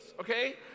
okay